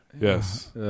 Yes